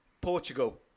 Portugal